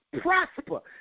Prosper